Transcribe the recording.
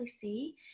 see